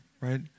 right